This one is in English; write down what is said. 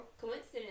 coincidence